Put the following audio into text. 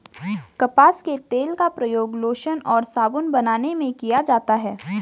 कपास के तेल का प्रयोग लोशन और साबुन बनाने में किया जाता है